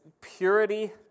purity